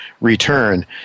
return